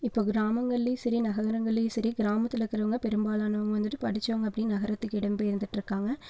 இப்போ கிரமங்கள்லயும் சரி நகரங்கள்லயும் சரி கிராமத்தில் இருக்கிறவங்க பெரும்பாலானவங்கள் வந்துட்டு படிச்சவங்கள் அப்படியே நகரத்துக்கு இடம் பெயர்ந்துகிட்டு இருக்காங்கள்